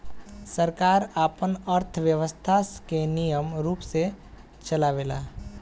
सरकार आपन अर्थव्यवस्था के निमन रूप से चलावेला